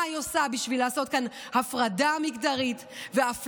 מה היא עושה בשביל לעשות כאן הפרדה מגדרית ואפליה,